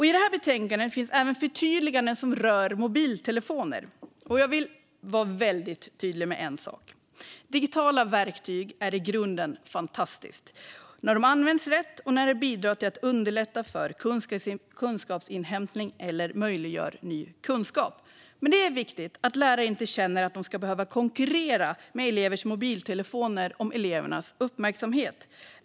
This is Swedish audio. I det här betänkandet finns även förtydliganden som rör mobiltelefoner. Jag vill vara väldigt tydlig med en sak: Digitala verktyg är i grunden fantastiska när de används rätt och när de bidrar till att underlätta kunskapsinhämtning eller möjliggör ny kunskap. Men det är viktigt att lärare inte känner att de ska behöva konkurrera med elevernas mobiltelefoner om elevernas uppmärksamhet.